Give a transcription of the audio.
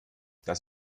das